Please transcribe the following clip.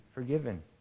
Forgiven